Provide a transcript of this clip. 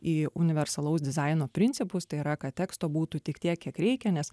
į universalaus dizaino principus tai yra kad teksto būtų tik tiek kiek reikia nes